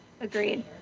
Agreed